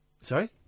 Sorry